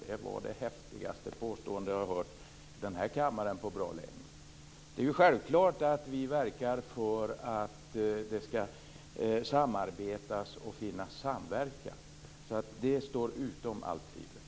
Det var det häftigaste påstående jag har hört i den här kammaren på bra länge. Det är självklart att vi verkar för att det skall samarbetas och finnas samverkan. Det står utom allt tvivel.